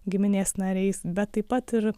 giminės nariais bet taip pat ir